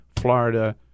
Florida